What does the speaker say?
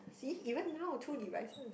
see even now two devices